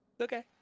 okay